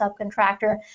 subcontractor